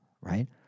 right